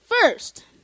First